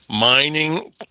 mining